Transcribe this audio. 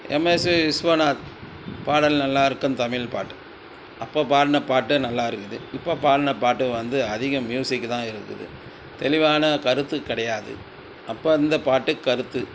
M S Viswanath பாடல் நல்லாயிருக்கும் தமிழ் பாட்டு அப்போ பாடின பாட்டு நல்லாயிருக்குது இப்போ பாடின பாட்டு வந்து அதிகம் மியூசிக்தான் இருக்குது தெளிவான கருத்து கிடையாது அப்போ இருந்த பாட்டு கருத்து